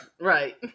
Right